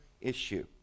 issue